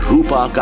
Rupa